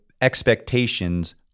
expectations